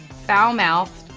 foul-mouthed,